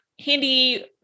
handy